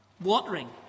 Watering